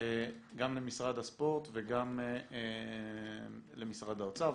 גם למשרד הספורט וגם למשרד האוצר.